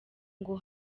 ngo